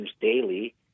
daily